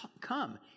come